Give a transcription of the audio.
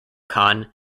khan